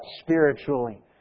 spiritually